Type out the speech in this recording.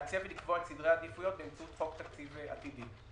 לעצב ולקבוע את סדרי העדיפויות באמצעות חוק תקציב עתידי.